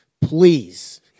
please